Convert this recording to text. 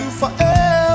forever